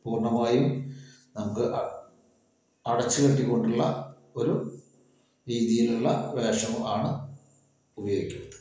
പൂർണമായും നമുക്ക് അടച്ച് കെട്ടികൊണ്ടുള്ള ഒരു രീതിയിലുള്ള വേഷമാണ് ഉപയോഗിക്കുന്നത്